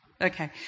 Okay